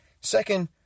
Second